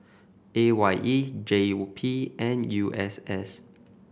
A Y E J P and U S S